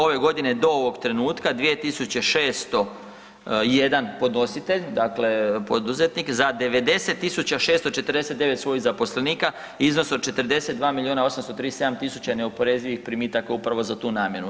Ove godine do ovog trenutka 2601 podnositelj, dakle, poduzetnik, za 90 649 svojih zaposlenika iznos od 42 milijuna 837 tisuća je neoporezivih primitaka je upravo za tu namjenu.